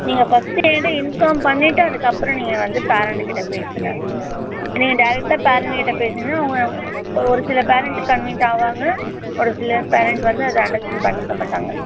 நீங்க ஃபஸ்ட்டு என்கிட்ட இன்ஃபாம் பண்ணிவிட்டு அதுக்கப்புறோம் நீங்கள் வந்து பேரன்டு கிட்டே பேசுங்க நீங்கள் டெரெக்டாக பேரன்ட் கிட்டே பேசினீங்கனா அவங்க ஒரு சில பேரன்டு கண்வீண்ட் ஆவாங்க ஒரு சில பேரன்ட் வந்து அதை அண்டர்ஸ்டாண்ட் பண்ணிக்க மாட்டாங்க